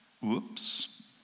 Whoops